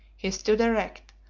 he stood erect,